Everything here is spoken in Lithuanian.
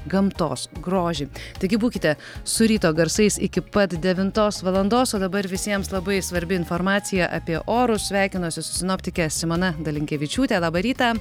gamtos grožį taigi būkite su ryto garsais iki pat devintos valandos o dabar visiems labai svarbi informacija apie orus sveikinuosi su sinoptike simona dalinkevičiūte labą rytą